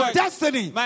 destiny